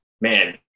man